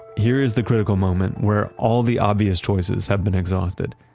here is the critical moment where all the obvious choices have been exhausted.